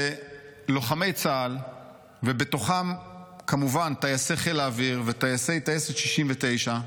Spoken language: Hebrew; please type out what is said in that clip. לוחמי צה"ל ובתוכם כמובן טייסי חיל האוויר וטייסי טייסת 69,